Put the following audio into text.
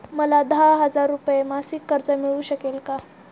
मला दहा हजार रुपये मासिक कर्ज मिळू शकेल का?